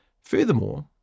Furthermore